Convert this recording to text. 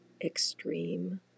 extreme